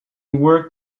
worked